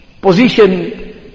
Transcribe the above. position